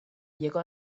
llegó